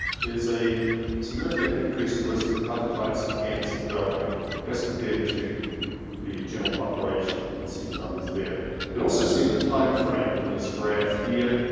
there's a significant increase in risk of other types of cancer developing as compared to the general population. you can see the numbers there and also see the timeframe in this graph here.